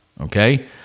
Okay